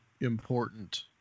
important